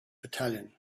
battalion